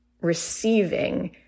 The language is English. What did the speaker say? receiving